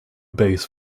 base